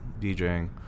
DJing